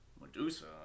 Medusa